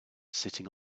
sitting